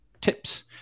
tips